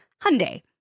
Hyundai